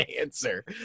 answer